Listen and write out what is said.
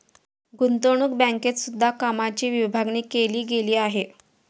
गुतंवणूक बँकेत सुद्धा कामाची विभागणी केली गेली आहे